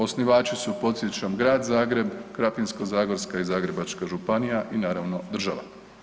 Osnivači su podsjećam Grad Zagreb, Krapinsko-zagorska i Zagrebačka županija i naravno država.